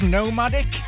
Nomadic